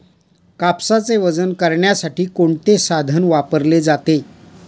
कापसाचे वजन करण्यासाठी कोणते साधन वापरले जाते?